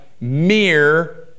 mere